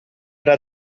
era